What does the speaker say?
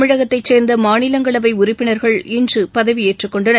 தமிழகத்தைச்சேர்ந்தமாநிலங்களவைஉறுப்பினர்கள் இன்றுபதவியேற்றுக்கொண்டனர்